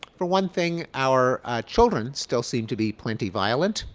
for one thing our children still seem to be plenty violent.